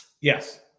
Yes